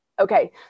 Okay